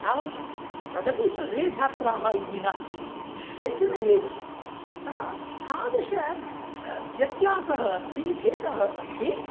तावदेव तदपि सर्वे छात्राः इति न केचन एव अतः तादृश व्यत्यासः अस्ति भेदः अस्ति